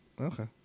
Okay